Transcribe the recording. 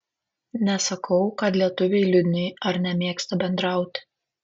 nesakau kad lietuviai liūdni ar nemėgsta bendrauti